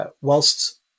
whilst